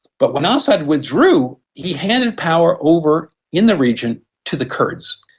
but when ah assad withdrew he handed power over in the region to the kurds.